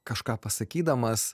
kažką pasakydamas